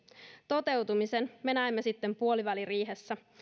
toteutumisen me näemme sitten puoliväliriihessä